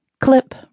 Clip